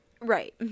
right